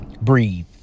breathe